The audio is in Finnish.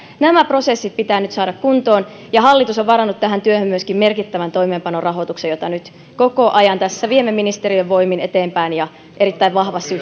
nämä prosessit pitää nyt saada kuntoon ja hallitus on myöskin varannut tähän työhön merkittävän toimeenpanorahoituksen jota nyt koko ajan tässä viemme ministeriön voimin eteenpäin erittäin vahvassa